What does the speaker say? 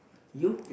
you